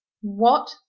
What